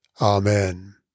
Amen